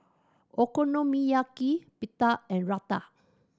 Okonomiyaki Pita and Raita